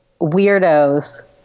weirdos